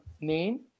name